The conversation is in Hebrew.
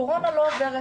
הקורונה לא עוברת